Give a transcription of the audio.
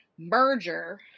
Merger